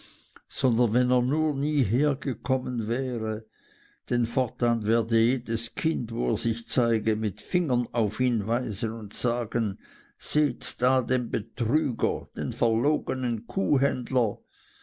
sondern wenn er nur nie hergekommen wäre denn fortan werde jedes kind wo er sich zeige mit fingern auf ihn weisen und sagen seht da den betrüger den verlogenen kuhhändler